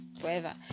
forever